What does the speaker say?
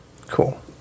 cool